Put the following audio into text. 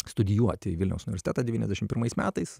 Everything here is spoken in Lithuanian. studijuoti į vilniaus universitetą devyniasdešimt pirmais metais